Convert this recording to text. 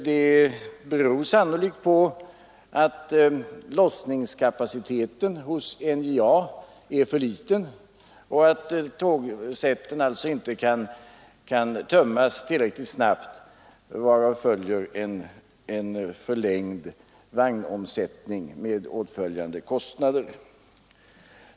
Det beror sannolikt på att lossningskapaciteten hos NJA är för liten och att tågsätten alltså inte kan tömmas tillräckligt snabbt, varav följer en förlängd vagnomsättning med åtföljande kostnader.